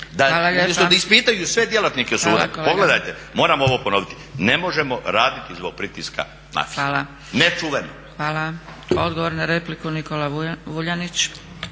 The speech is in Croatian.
da ispitaju sve djelatnike suda, pogledajte, moram ovo ponoviti: "Ne možemo raditi zbog pritiska mafije." Nečuveno!